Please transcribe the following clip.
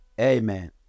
Amen